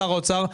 שר האוצר,